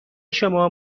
شما